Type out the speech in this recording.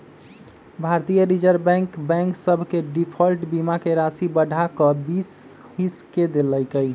भारतीय Reserve Bank bank सभ के डिफॉल्ट बीमा के राशि बढ़ा कऽ बीस हिस क देल्कै